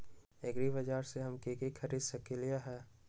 एग्रीबाजार से हम की की खरीद सकलियै ह?